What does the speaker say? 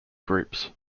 groups